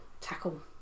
tackle